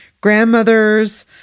grandmother's